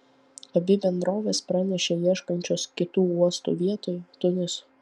abi bendrovės pranešė ieškančios kitų uostų vietoj tuniso